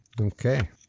Okay